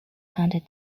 handed